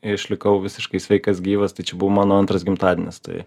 išlikau visiškai sveikas gyvas tai čia buvo mano antras gimtadienis tai